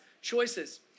choices